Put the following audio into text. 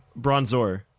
Bronzor